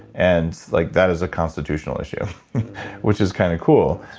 and like that is a constitutional issue which is kind of cool.